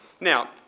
Now